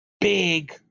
big